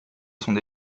son